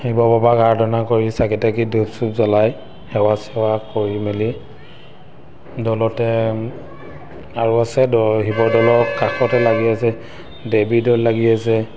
শিৱ বাবাক আৰাধনা কৰি চাকি তাকি ধূপ চুপ জ্বলাই সেৱা চেৱা কৰি মেলি দৌলতে আৰু আছে দ শিৱদৌলৰ কাষতে লাগি আছে দেৱীদৌল লাগি আছে